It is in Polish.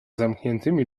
zamkniętymi